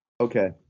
Okay